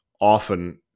often